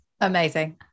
amazing